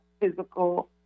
physical